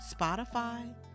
Spotify